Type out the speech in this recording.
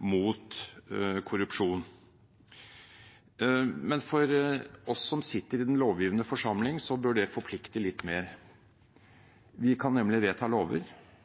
mot korrupsjon. For oss som sitter i den lovgivende forsamling, bør det forplikte litt mer. Vi kan nemlig vedta lover,